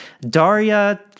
Daria